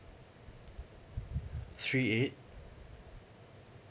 three eight three eight